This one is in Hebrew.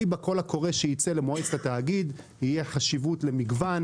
בקול הקורא שיצא למועצת התאגיד יהיה חשיבות למגוון